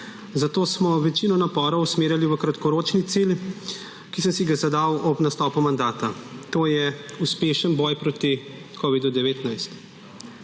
zato smo večino naporov usmerjali v kratkoročni cilj, ki sem si ga zadal ob nastopu mandata, to je uspešen boj proti covidu-19.